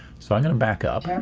so i'm going to backup.